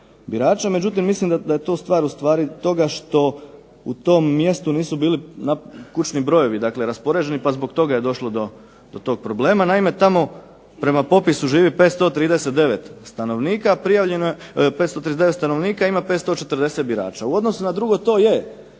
birača. Mislim da je to stvar u stvari toga što u tom mjestu nisu bili kućni brojevi, dakle raspoređeni, pa zbog toga je došlo do tog problema. Naime, tamo prema popisu živi 539 stanovnika, prijavljeno je 539 stanovnika, ima 540 birača. U odnosu na drugo to je